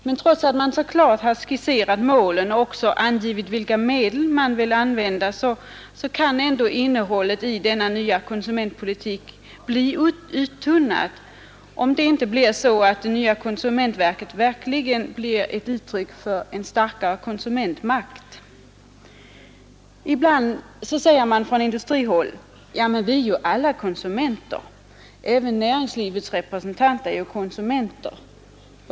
Men trots att man så klart har skisserat målen och även angivit vilka medel man vill använda, kan ändå innehållet i den nya konsumentpolitiken bli uttunnat, om inte det nya konsumentverket blir ett verkligt uttryck för en starkare konsumentmakt. Ibland sägs det från industrihåll att vi alla är konsumenter. Även näringslivets representanter är konsumenter.